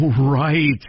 right